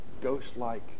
ghost-like